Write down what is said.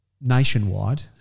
nationwide